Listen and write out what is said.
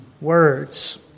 words